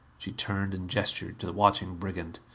she turned and gestured to the watching brigand.